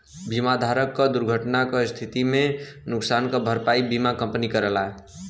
बीमा धारक क दुर्घटना क स्थिति में नुकसान क भरपाई बीमा कंपनी करला